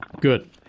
Good